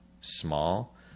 small